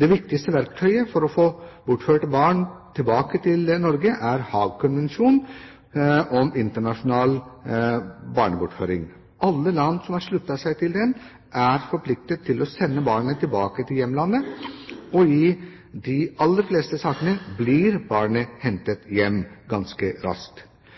Det viktigste verktøyet for å få bortførte barn tilbake til Norge er Haagkonvensjonen om internasjonal barnebortføring. Alle land som har sluttet seg til den, er forpliktet til å sende barnet tilbake til hjemlandet, og i de aller fleste sakene blir barnet